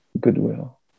goodwill